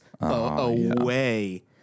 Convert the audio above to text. away